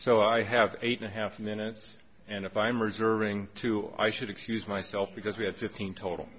so i have eight and a half minutes and if i'm reserving two i should excuse myself because we have fifteen total